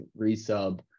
resub